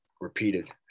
repeated